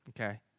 okay